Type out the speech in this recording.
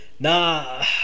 nah